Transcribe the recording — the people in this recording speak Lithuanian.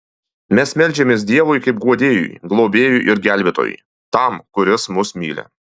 mes meldžiamės dievui kaip guodėjui globėjui ir gelbėtojui tam kuris mus myli